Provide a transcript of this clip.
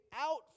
out